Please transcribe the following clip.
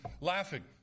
laughing